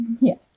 Yes